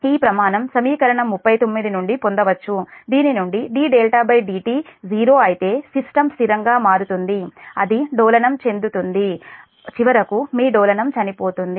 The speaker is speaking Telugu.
ఈ ప్రమాణం సమీకరణం 39 నుండి పొందవచ్చు దీని నుండి dδdt '0' అయితే సిస్టమ్ స్థిరంగా మారుతుంది అది డోలనం అవుతుంది చివరకు మీ డోలనం చనిపోతుంది